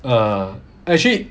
uh actually